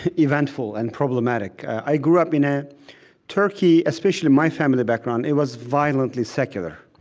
eventful and problematic. i grew up in a turkey, especially my family background, it was violently secular.